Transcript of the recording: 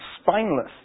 spineless